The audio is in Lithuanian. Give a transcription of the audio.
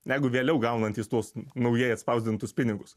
negu vėliau gaunantys tuos naujai atspausdintus pinigus